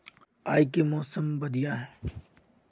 आय के मौसम बढ़िया है?